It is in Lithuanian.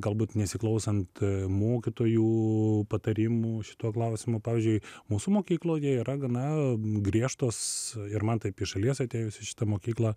galbūt nesiklausant mokytojų patarimų šituo klausimu pavyzdžiui mūsų mokykloje yra gana griežtos ir man taip iš šalies atėjus į šitą mokyklą